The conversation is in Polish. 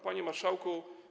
Panie Marszałku!